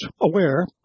aware